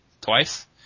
twice